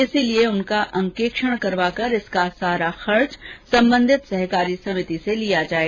इसलिए उनका अंकेक्षण कराकर इसका सारा खर्च संबंधित सहकारी समिति से लिया जाए